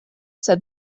said